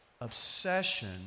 obsession